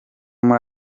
muri